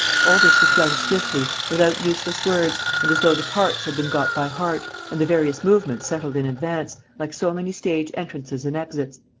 all this was done swiftly, without useless words and as though the parts had been got by heart and the various movements settled in advance, like so many stage entrances and exits.